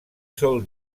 sol